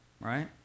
Right